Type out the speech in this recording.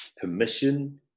permission